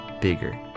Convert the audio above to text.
bigger